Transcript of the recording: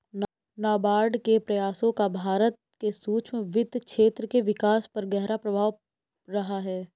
नाबार्ड के प्रयासों का भारत के सूक्ष्म वित्त क्षेत्र के विकास पर गहरा प्रभाव रहा है